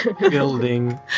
Building